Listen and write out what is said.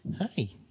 Hi